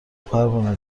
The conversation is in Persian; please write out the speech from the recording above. پروانه